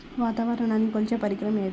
వాతావరణాన్ని కొలిచే పరికరం ఏది?